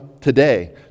today